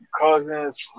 cousins